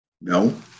No